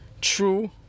true